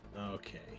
Okay